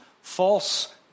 false